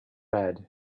red